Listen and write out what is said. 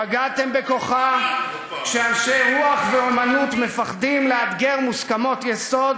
פגעתם בכוחה כשאנשי רוח ואמנות מפחדים לאתגר מוסכמות יסוד,